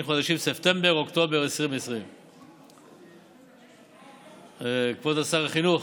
חודשים ספטמבר-אוקטובר 2020. כבוד שר החינוך,